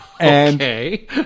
Okay